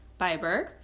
Byberg